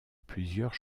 plusieurs